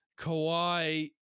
Kawhi